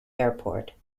airport